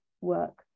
work